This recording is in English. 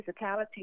physicality